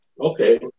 okay